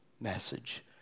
message